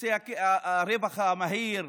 נושא הרווח המהיר,